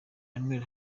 emmanuel